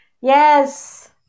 Yes